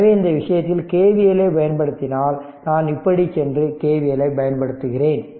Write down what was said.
எனவே இந்த விஷயத்தில் KVL ஐப் பயன்படுத்தினால் நான் இப்படிச் சென்று KVL ஐப் பயன்படுத்துகிறேன்